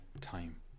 time